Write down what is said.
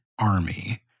army